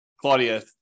Claudia